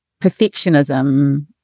perfectionism